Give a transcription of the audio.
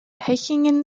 hechingen